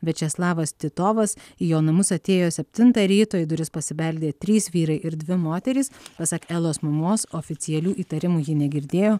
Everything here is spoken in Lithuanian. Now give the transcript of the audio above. viačeslavas titovas į jo namus atėjo septintą ryto į duris pasibeldė trys vyrai ir dvi moterys pasak elos mamos oficialių įtarimų ji negirdėjo